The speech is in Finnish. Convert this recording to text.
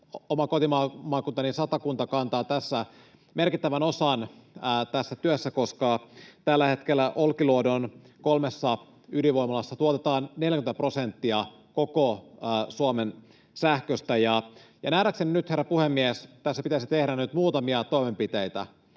oma kotimaakuntani Satakunta kantaa tässä työssä merkittävän osan, koska tällä hetkellä Olkiluodon kolmessa ydinvoimalassa tuotetaan 40 prosenttia koko Suomen sähköstä. Nähdäkseni nyt, herra puhemies, tässä pitäisi tehdä nyt muutamia toimenpiteitä.